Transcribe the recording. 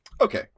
Okay